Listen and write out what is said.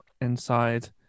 inside